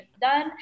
done